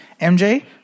MJ